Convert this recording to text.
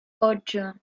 ocho